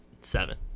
seven